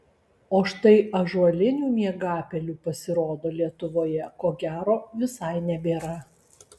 o štai ąžuolinių miegapelių pasirodo lietuvoje ko gero visai nebėra